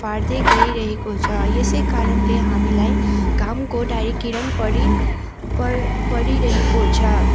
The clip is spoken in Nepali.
फाट्दै गइरहेको छ यसै कारणले हामीलाई घामको डाइरेक्ट किरण परि परिरहेको छ